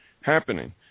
happening